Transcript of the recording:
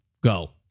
go